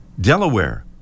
Delaware